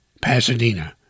Pasadena